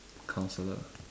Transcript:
a counsellor